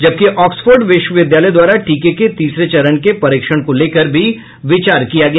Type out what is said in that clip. जबकि ऑक्सफोर्ड विश्वविद्यालय द्वारा टीके के तीसरे चरण के परीक्षण को लेकर भी विचार किया गया